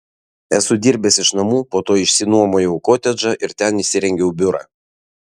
esu dirbęs iš namų po to išsinuomojau kotedžą ir ten įsirengiau biurą